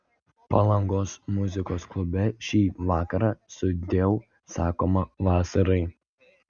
palangos muzikos klube šį vakarą sudieu sakoma vasarai